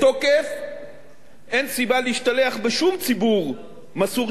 אין סיבה להשתלח בשום ציבור מסור של עובדים במדינת ישראל,